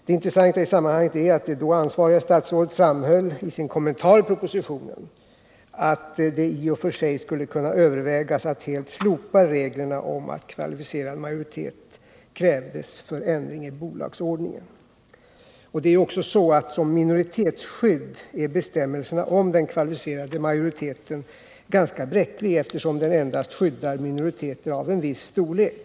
Det intressanta i sammanhanget är att det ansvariga statsrådet i sin kommentar i propositionen framhöll att det i och för sig skulle kunna övervägas att helt slopa reglerna om att kvalificerad majoritet krävs för ändring i bolagsordningen. Som minoritetsskydd är bestämmelser om den kvalificerade majoriteten ganska bräcklig, eftersom den endast skyddar minoriteter av viss storlek.